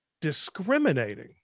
discriminating